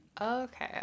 Okay